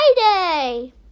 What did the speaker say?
Friday